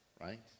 right